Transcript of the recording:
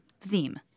theme